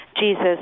Jesus